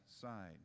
side